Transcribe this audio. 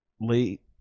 late